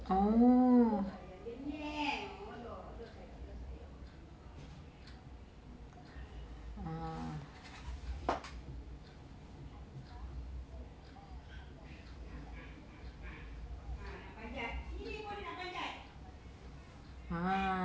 oh uh ah